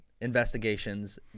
investigations